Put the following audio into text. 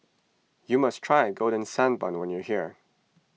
you must try Golden Sand Bun when you are here